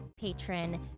patron